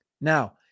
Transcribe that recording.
Now